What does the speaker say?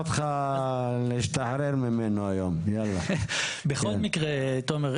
בכל מקרה תומר,